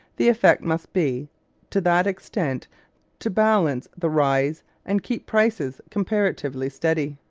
the effect must be to that extent to balance the rise and keep prices comparatively steady.